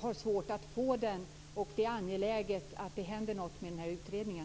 har svårt att få den. Det är angeläget att det händer något med den här utredningen.